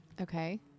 Okay